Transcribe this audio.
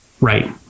Right